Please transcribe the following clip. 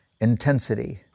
intensity